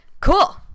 Cool